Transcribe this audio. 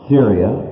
Syria